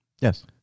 Yes